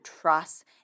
trust